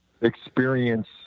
experience